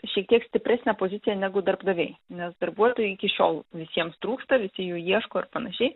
šiek tiek stipresnę poziciją negu darbdaviai nes darbuotojai iki šiol visiems trūksta visi jų ieško ir panašiai